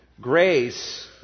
Grace